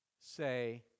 say